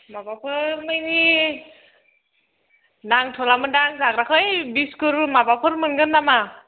माबाफोर माने नांथ'लामोन दा आं जाग्राखौ ओइ बिस्कुट माबाफोर मोनगोन नामा